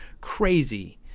crazy